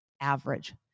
average